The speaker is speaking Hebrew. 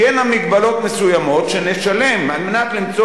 תהיינה מגבלות מסוימות שנשלם על מנת למצוא